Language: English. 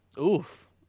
Oof